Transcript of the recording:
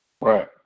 Right